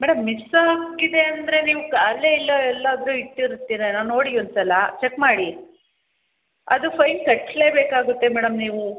madam miss ಆಗಿದೆ ಅಂದರೆ ನೀವು ಕ ಅಲ್ಲೇ ಎಲ್ಲೋ ಎಲ್ಲಾದರೂ ಇಟ್ಟಿರ್ತೀರೇನೋ ನೋಡಿ ಒಂದು ಸಲ ಚೆಕ್ ಮಾಡಿ ಅದು ಫೈನ್ ಕಟ್ಟಲೇ ಬೇಕಾಗುತ್ತೆ ಮೇಡಮ್ ನೀವು